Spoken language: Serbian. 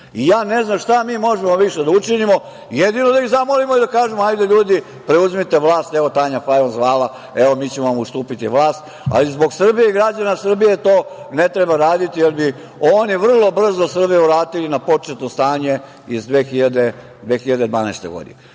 cenzusa. Ne znam šta mi više možemo da učinimo, jedino da ih zamolimo i da kažemo hajde ljudi preuzmite vlast, zvala Tanja Fajon, mi ćemo vam ustupiti vlast. Zbog Srbije i građana Srbije to ne treba raditi, jer bi oni vrlo brzo Srbe vratili na početno stanje iz 2012. godine. Na